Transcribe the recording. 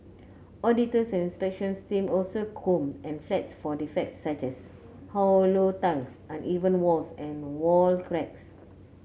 auditors and inspection teams also comb the flats for defects such as hollow tiles uneven walls and wall cracks